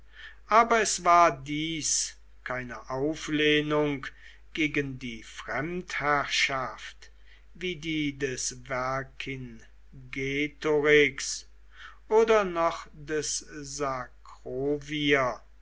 aber es war dies keine auflehnung gegen die fremdherrschaft wie die des vercingetorix oder noch des